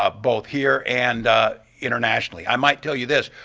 ah both here and internationally. i might tell you this,